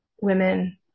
women